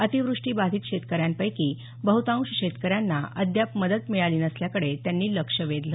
अतिव्रष्टीबाधित शेतकऱ्यांपैकी बहुतांश शेतकऱ्यांना अद्याप मदत मिळाली नसल्याकडे त्यांनी लक्ष वेधलं